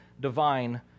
divine